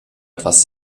etwas